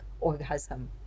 orgasm